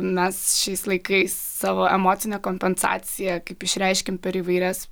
mes šiais laikais savo emocinę kompensaciją kaip išreiškiam per įvairias